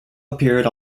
appeared